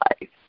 life